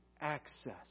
access